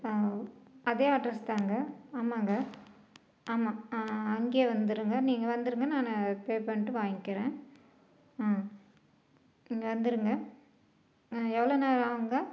அதே அட்ரஸ் தாங்க ஆமாங்க ஆமாம் அங்கே வந்துடுங்க நீங்கள் வந்துடுங்க நான் பே பண்ணிட்டு வாங்கிக்கிறேன் ஆ இங்கே வந்துடுங்க ஆ எவ்வளோ நேரம் ஆகுங்க